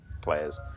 players